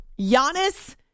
Giannis